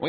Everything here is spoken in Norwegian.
og